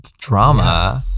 drama